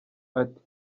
ati